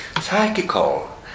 Psychical